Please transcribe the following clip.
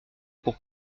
pour